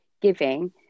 giving